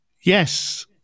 Yes